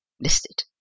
listed